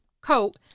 coat